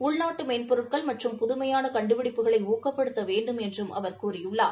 உள்நாட்டு மென்பொருட்கள் மற்றும் புதுமையான கண்டுபிடிப்புகளை ஊக்கப்படுத்த வேண்டும் என்றும் அவர் கூறினார்